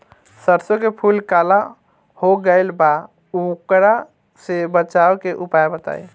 सरसों के फूल काला हो गएल बा वोकरा से बचाव के उपाय बताई?